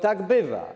Tak bywa.